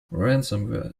ransomware